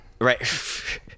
Right